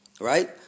right